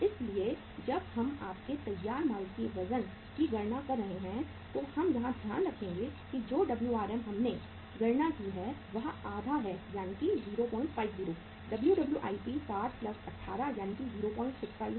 इसलिए जब हम आपके तैयार माल के वजन की गणना कर रहे हैं तो हम यहां ध्यान में रखेंगे कि जो WRM हमने गणना की है वह आधा है यानी 050 WWIP 60 18 यानी 065 है